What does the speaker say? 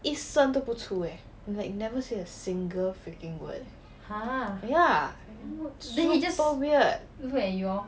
一声都不出 eh like never say a single freaking word ya super weird